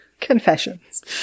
Confessions